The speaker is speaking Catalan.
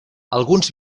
alguns